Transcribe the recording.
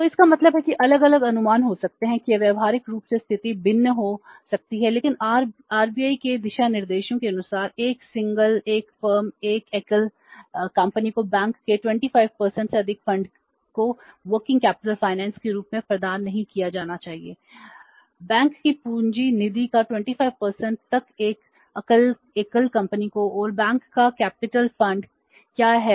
तो इसका मतलब है कि अलग अलग अनुमान हो सकते हैं कि व्यावहारिक रूप से स्थिति भिन्न हो सकती है लेकिन RBI के दिशानिर्देशों के अनुसार 1 सिंगल 1 फर्म 1 एकल कंपनी को बैंक के 25 से अधिक फंड को कार्यशील पूंजी वित्त है